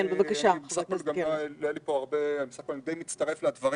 בסך הכול אני די מצטרף לדברים.